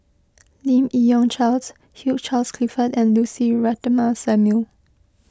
Lim Yi Yong Charles Hugh Charles Clifford and Lucy Ratnammah Samuel